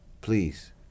Please